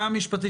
בוקר טוב.